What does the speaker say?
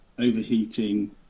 overheating